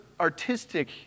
artistic